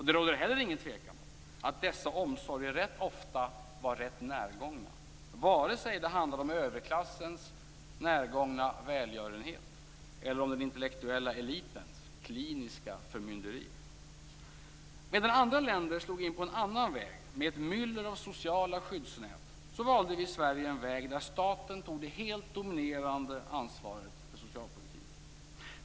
Det råder heller ingen tvekan om att dessa omsorger rätt ofta var rätt närgångna, vare sig det handlar om överklassens närgångna välgörenhet eller om den intellektuella elitens kliniska förmynderi. Medan andra länder slog in på en annan väg med ett myller av sociala skyddsnät valde vi i Sverige en väg där staten tog det helt dominerande ansvaret för socialpolitiken.